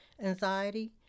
anxiety